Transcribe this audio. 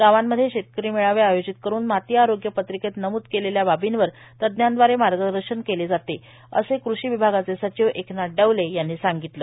गावांमध्ये शेतकरी मेळावे आयोजित करुन माती आरोग्य पत्रिकेत नमूद केलेल्या बाबींवर तज्जांद्वारे मार्गदर्शन केले जाते असे कृषी विभागाचे सचिव एकनाथ डवले यांनी सांगितले